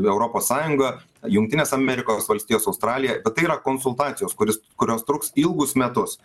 europos sąjunga jungtinės amerikos valstijos australija bet tai yra konsultacijos kuris kurios truks ilgus metus